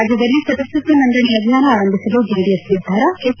ರಾಜ್ಯದಲ್ಲಿ ಸದಸ್ತತ್ವ ನೋಂದಣಿ ಅಭಿಯಾನ ಆರಂಭಿಸಲು ಜೆಡಿಎಸ್ ನಿರ್ಧಾರ ಎಚ್